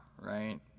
right